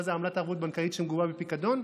מה זה עמלת ערבות בנקאית שמגובה בפיקדון?